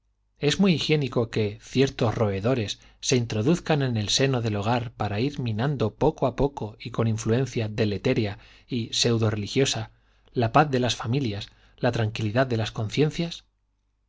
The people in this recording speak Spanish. es muy higiénico que ciertos roedores se introduzcan en el seno del hogar para ir minando poco a poco y con influencia deletérea y pseudo religiosa la paz de las familias la tranquilidad de las conciencias